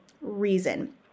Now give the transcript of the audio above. reason